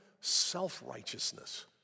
self-righteousness